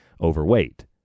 overweight